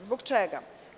Zbog čega?